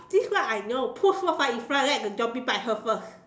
this one I know put Rou-Fan in front let the zombie bite her first